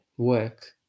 Work